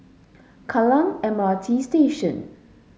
Kallang M R T Station